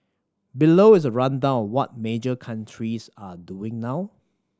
below is a rundown what major countries are doing now